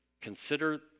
consider